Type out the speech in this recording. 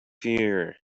here